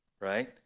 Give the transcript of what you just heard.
Right